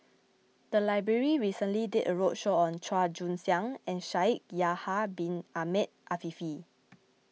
the library recently did a roadshow on Chua Joon Siang and Shaikh Yahya Bin Ahmed Afifi